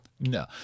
no